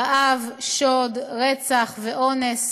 רעב, שוד, רצח ואונס